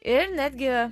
ir netgi